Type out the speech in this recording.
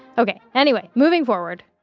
ok anyway, moving forward,